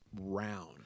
round